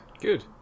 Good